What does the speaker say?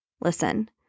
Listen